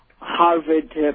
Harvard